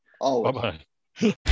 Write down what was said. Bye-bye